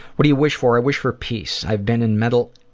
what do you wish for? i wish for peace. i've been in mental